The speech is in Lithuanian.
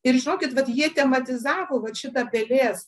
ir žinokit vat jie tematizavo vat šitą pelės